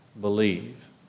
believe